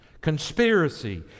conspiracy